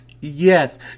Yes